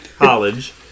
college